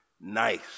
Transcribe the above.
nice